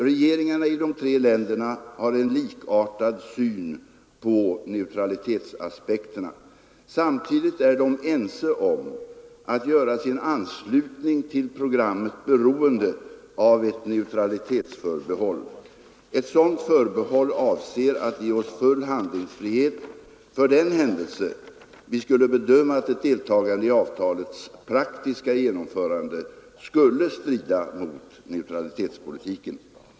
Regeringarna i de tre länderna har en likartad syn på neutralitetsaspekterna. Samtidigt är de ense om att göra sin anslutning till programmet beroende av ett neutralitetsförbehåll. Ett sådant förbehåll avser att ge oss full handlingsfrihet för den händelse vi skulle bedöma att ett deltagande i avtalets praktiska genomförande skulle strida mot neutralitetspolitiken.